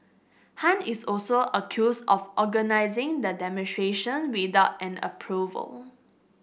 Han is also accused of organising the demonstration without an approval